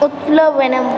उत्प्लवणम्